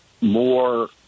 more